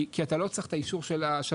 כי אתה לא צריך את האישור של השב"ן,